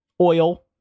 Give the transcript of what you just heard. Oil